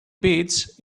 beats